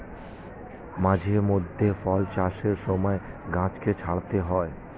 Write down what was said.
মাঝে মধ্যে ফল চাষের সময় গাছকে ছাঁটতে হয়